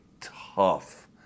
tough